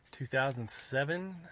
2007